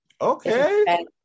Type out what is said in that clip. Okay